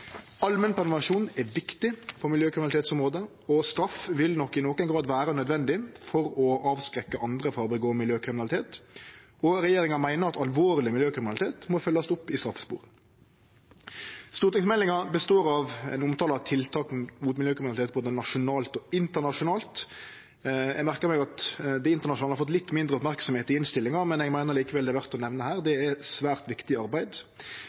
er viktig på miljøkriminalitetsområdet, og straff vil nok i nokon grad vere nødvendig for å avskrekke andre frå å utøve miljøkriminalitet. Regjeringa meiner alvorleg miljøkriminalitet må følgjast opp i straffesporet. Stortingsmeldinga består av ein omtale av tiltak mot miljøkriminalitet både nasjonalt og internasjonalt. Eg merkar meg at det internasjonale har fått litt mindre merksemd i innstillinga, men eg meiner likevel det er verdt å nemne her. Det er eit svært viktig arbeid.